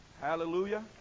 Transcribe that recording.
Hallelujah